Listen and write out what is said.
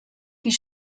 die